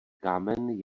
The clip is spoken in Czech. kámen